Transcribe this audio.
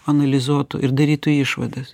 analizuotų ir darytų išvadas